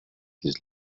his